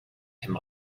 him